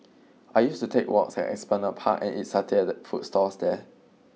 I used to take walks at Esplanade Park and eat satay at the food stalls there